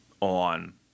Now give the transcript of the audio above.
on